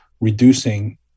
reducing